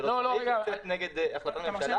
ולא צריך לצאת נגד החלטת הממשלה.